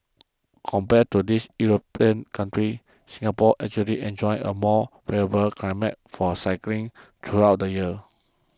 compared to these European countries Singapore actually enjoys a more favourable climate for cycling throughout the year